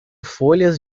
folhas